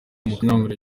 makumyabiri